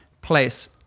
place